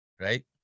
right